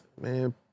man